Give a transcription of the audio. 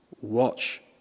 watch